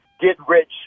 get-rich